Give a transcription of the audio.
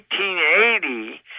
1880